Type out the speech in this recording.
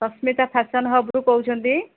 Sasmita fashion ହବ୍ରୁ କହୁଛନ୍ତି